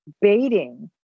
Baiting